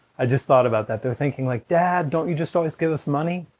i just thought about that, they're thinking like dad don't you just always give us money?